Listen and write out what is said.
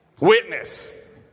Witness